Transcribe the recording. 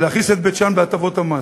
להכניס את בית-שאן להטבות המס.